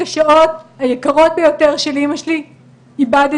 את השעות היקרות ביותר של אמא שלי איבדתי